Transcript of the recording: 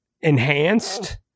enhanced